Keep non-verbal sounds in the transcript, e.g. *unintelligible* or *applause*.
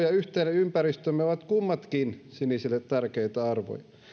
*unintelligible* ja yhteinen ympäristömme ovat kummatkin sinisille tärkeitä arvoja